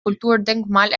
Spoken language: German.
kulturdenkmal